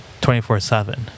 24-7